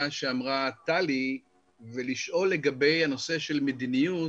שאמרה טלי ולשאול לגבי הנושא של מדיניות,